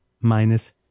minus